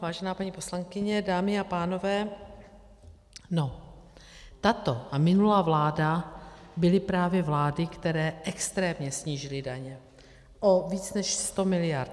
Vážená paní poslankyně, dámy a pánové, no, tato a minulá vláda byly právě vlády, které extrémně snížily daně o víc než 100 miliard.